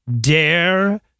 Dare